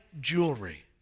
jewelry